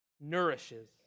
nourishes